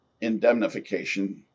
indemnification